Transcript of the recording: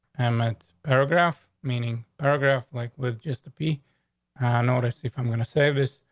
um it's paragraph meaning paragraph like with just a p. i notice if i'm gonna save this.